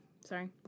Sorry